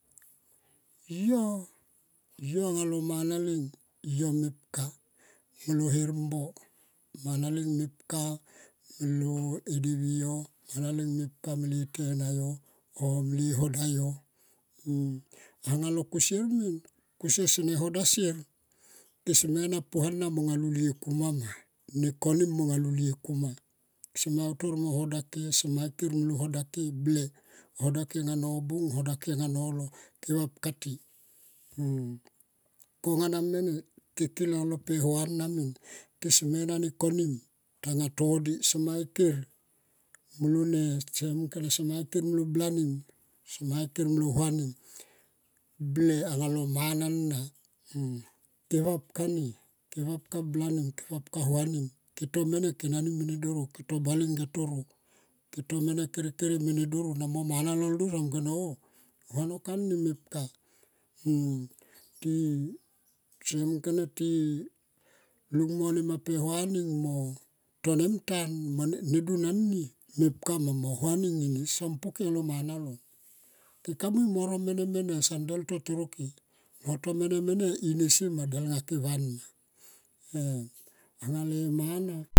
Yo, yo anga lo manaleng yo mepka. Yo lo hermbo mana leng mepka mlo e devi yo mana leng mepka mene e tena yo e hoda yo anga lo kusier min kusier sene hodah sier kese me na puhuna molulie kama ma. Ne konim molulie kama ma. Ne konim molulie kuma keseme utor mo hoda ke kese me ker molo hoda ke anga nobung hoda ke anga nolo ke vapka ti. Konga na mene ke kil alo pehua ana min kese me na ne konim tanga to di sema ike molo ne semunkone sema ike molo blanim. Sema iker molo huanim ble anga lo mana na ke vapka ni ke vapka ni ke vapka ni ke vapka ni ke vapka blanim kevapk huanim to mene kenani doro to bale nge doro ke to mene kere kere mene doro. Na mo manalol doro so mung kone oh huano ka ni mepka ti se munkone ti longo ma ne pehua ning mo ne tonem tan mo ne dun ani mepka ma mo huaning eni son poke aunga lo mana lon. Ke kamui mo ro mene mene son deltu toro ke. To to mene mene ine sima delngake wan ma em anga le mana